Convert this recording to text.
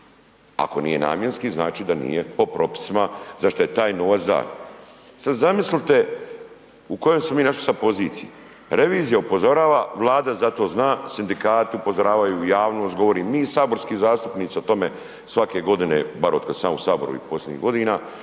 Ako nije namjenski, znači da nije po propisima za što je taj novac za. Sad zamislite u kojoj smo se našli sad poziciji. Revizija upozorava, Vlada za to zna, sindikati upozoravaju, javnost govori, mi saborski zastupnici o tome svake godine, bar otkad sam ja u Saboru i posljednjih godina